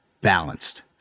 balanced